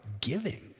giving